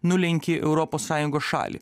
nulenki europos sąjungos šalį